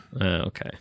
Okay